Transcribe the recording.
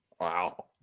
Wow